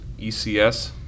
ECS